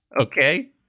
Okay